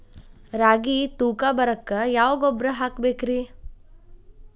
ರಾಗಿ ತೂಕ ಬರಕ್ಕ ಯಾವ ಗೊಬ್ಬರ ಹಾಕಬೇಕ್ರಿ?